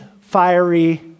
fiery